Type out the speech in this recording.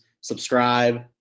Subscribe